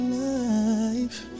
life